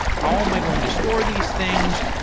how am i going to store these things?